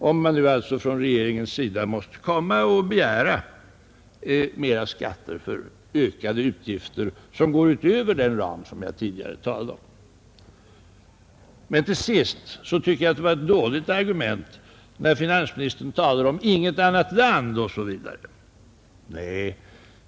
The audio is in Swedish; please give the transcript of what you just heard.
Det gäller även om regeringen måste begära mera skatter för ökade utgifter. Till sist: Jag tycker att det var ett dåligt argument när finansministern talade om ”inget annat land” osv.